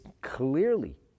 clearly